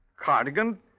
Cardigan